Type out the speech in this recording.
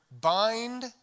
bind